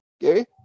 Gary